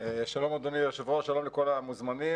שלום אדוני היושב-ראש, שלום לכל המוזמנים.